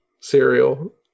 cereal